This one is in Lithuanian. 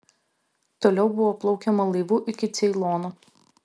toliau buvo plaukiama laivu iki ceilono